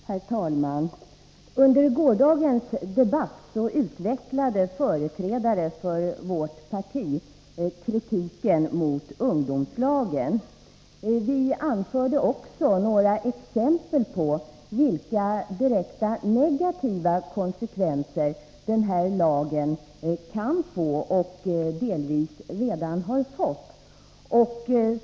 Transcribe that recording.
Herr talman! Under gårdagens debatt utvecklade företrädare för vårt parti kritiken mot ungdomslagen. Vi anförde några exempel på vilka direkta, negativa konsekvenser lagen kan få och delvis redan har fått.